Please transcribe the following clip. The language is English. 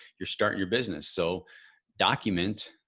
you're starting your business. so document